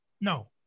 no